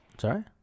sorry